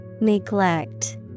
Neglect